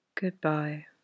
Goodbye